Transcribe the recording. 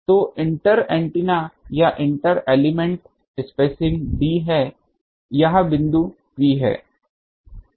तो inter antenna या inter element spacing d है यह बिंदु P है